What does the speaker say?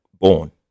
born